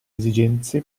esigenze